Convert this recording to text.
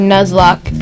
Nuzlocke